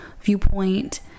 viewpoint